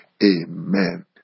Amen